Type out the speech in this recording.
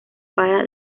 para